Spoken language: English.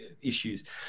issues